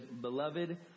beloved